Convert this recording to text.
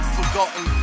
forgotten